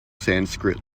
sanskrit